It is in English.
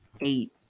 Eight